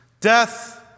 death